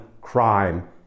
crime